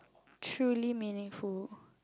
truly meaningful